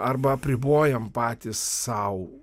arba apribojam patys sau